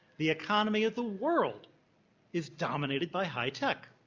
the economy of the world is dominated by high tech.